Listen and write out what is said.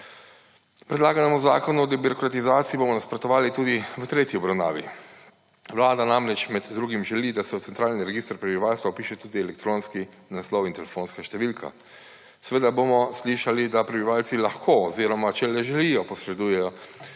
Predlaganemu Zakonu o debirokratizaciji bomo nasprotovali tudi v tretji obravnavi. Vlada namreč med drugim želi, da se v centralni register prebivalstva vpiše tudi elektronski naslov in telefonska številka. Seveda bomo slišali, da prebivalci lahko oziroma, če le želijo, posredujejo